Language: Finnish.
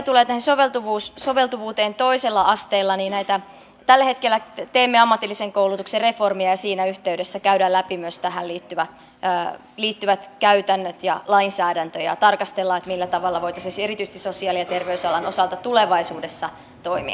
mitä tulee soveltuvuuteen toisella asteella niin tällä hetkellä teemme ammatillisen koulutuksen reformia ja siinä yhteydessä käydään läpi myös tähän liittyvät käytännöt ja lainsäädäntö ja tarkastellaan millä tavalla voitaisiin erityisesti sosiaali ja terveysalan osalta tulevaisuudessa toimia